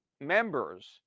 members